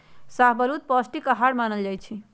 शाहबलूत पौस्टिक अहार मानल जाइ छइ